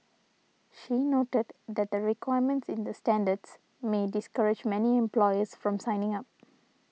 she noted that the requirements in the standards may discourage many employers from signing up